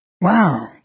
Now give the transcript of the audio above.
Wow